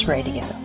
Radio